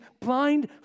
blind